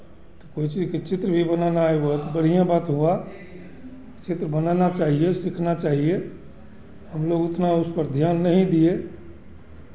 तो कोई चीज़ की चित्र भी बनाना एगो तो बढ़ियाँ बात हुआ चित्र बनाना चाहिए सीखना चाहिए हमलोग उतना उसपर ध्यान नहीं दिए